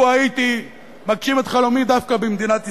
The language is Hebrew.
לו הייתי מגשים את חלומי דווקא במדינת ישראל,